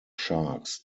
sharks